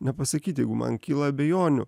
nepasakyti jeigu man kyla abejonių